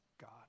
God